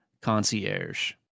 concierge